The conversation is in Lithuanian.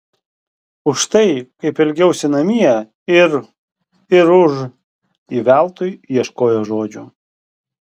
už tai kaip elgiausi namie ir ir už ji veltui ieškojo žodžių